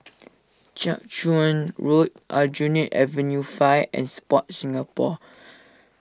Jiak Chuan Road Aljunied Avenue five and Sport Singapore